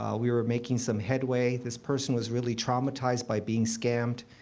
ah we were making some headway. this person was really traumatized by being scammed.